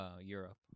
Europe